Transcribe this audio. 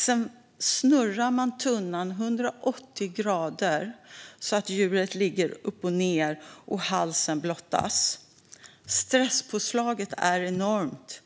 Sedan snurrar man tunnan 180 grader så att djuret ligger upp och ned och halsen blottas. Stresspåslaget är enormt